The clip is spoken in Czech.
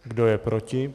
Kdo je proti?